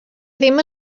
ddim